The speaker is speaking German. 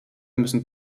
müssen